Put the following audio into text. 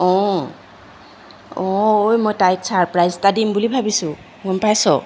অঁ অঁ ঐ মই তাইত ছাৰপ্ৰাইজ এটা দিম বুলি ভাবিছোঁ গম পাইছ